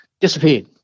disappeared